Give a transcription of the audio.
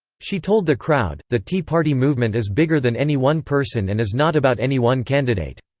she told the crowd, the tea party movement is bigger than any one person and is not about any one candidate.